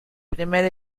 primer